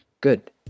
Good